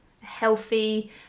healthy